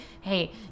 hey